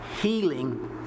healing